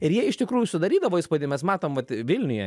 ir jie iš tikrųjų sudarydavo įspūdį mes matom vat vilniuje